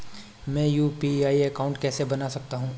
मैं UPI account कैसे बना सकता हूं?